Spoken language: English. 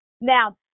Now